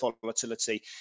volatility